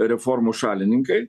reformų šalininkai